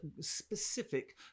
specific